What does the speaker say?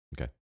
Okay